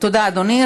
תודה, אדוני.